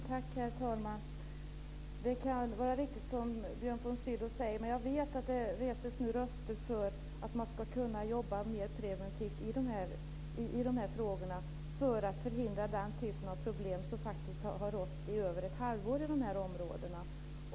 Herr talman! Det kan vara riktigt som Björn von Sydow säger. Men jag vet att det nu höjs röster för att man ska kunna arbeta mer preventivt för att förhindra den typ av problem som faktiskt har rått i över ett halvår i dessa områden.